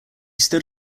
stood